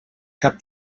cap